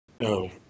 No